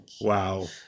Wow